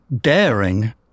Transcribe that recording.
daring